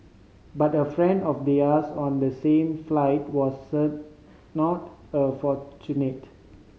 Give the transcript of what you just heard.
but a friend of theirs on the same flight wasn't not a fortunate